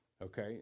Okay